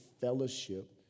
fellowship